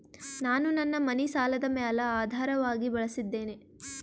ನಾನು ನನ್ನ ಮನಿ ಸಾಲದ ಮ್ಯಾಲ ಆಧಾರವಾಗಿ ಬಳಸಿದ್ದೇನೆ